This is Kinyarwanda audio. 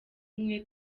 umwe